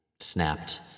Snapped